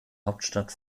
hauptstadt